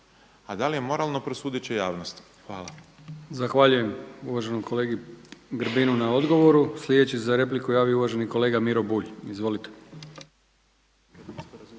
da li je normalno prosudit će javnost. Hvala. **Brkić, Milijan (HDZ)** Zahvaljujem uvaženom kolegi Peđi Grbinu na odgovoru. Sljedeći se za repliku javio uvaženi kolega Miro Bulj. Izvolite.